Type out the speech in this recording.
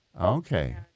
Okay